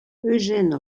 eugène